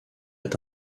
est